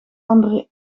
andere